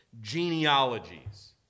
genealogies